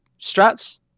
strats